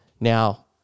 now